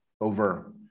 over